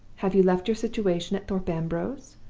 have you left your situation at thorpe ambrose?